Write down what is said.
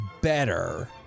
better